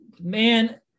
man